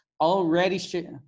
already